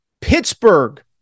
Pittsburgh